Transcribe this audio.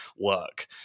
work